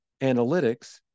analytics